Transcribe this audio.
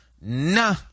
nah